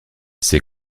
ces